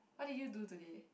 what did you do today